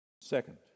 Second